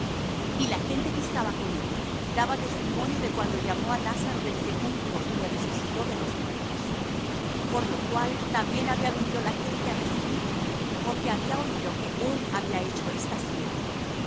y la gente que estaba con él daba testimonio de cuando llamó á lázaro del sepulcro y le resucitó de los muertos por lo cual también había venido la gente á recibirle porque había oído que él había hecho esta señal